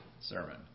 sermon